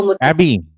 Abby